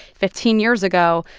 fifteen years ago,